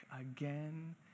again